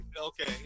Okay